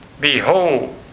Behold